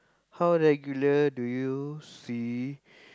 how regular do you see